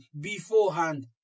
beforehand